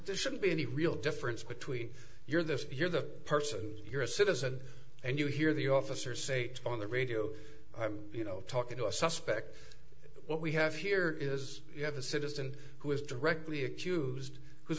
this shouldn't be any real difference between you're this you're the person you're a citizen and you hear the officer say on the radio you know talking to a suspect what we have here is you have a citizen who is directly accused who's